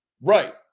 Right